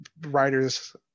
writers